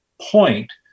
point